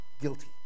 guilty